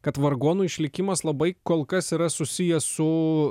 kad vargonų išlikimas labai kol kas yra susijęs su